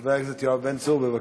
חבר הכנסת יואב בן צור, בבקשה.